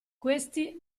questi